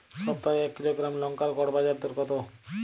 সপ্তাহে এক কিলোগ্রাম লঙ্কার গড় বাজার দর কতো?